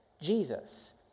Jesus